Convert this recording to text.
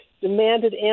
demanded